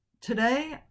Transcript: Today